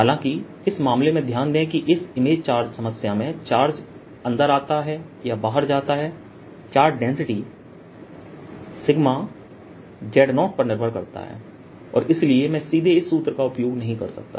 हालाँकि इस मामले में ध्यान दें कि इस इमेज चार्ज समस्या में चार्जअंदर आता है या बाहर जाता है चार्ज डेंसिटी सिग्मा Z0 पर निर्भर करता है और इसलिए मैं सीधे इस सूत्र का उपयोग नहीं कर सकता